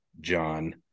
John